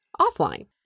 offline